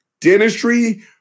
dentistry